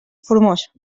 formós